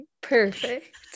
Perfect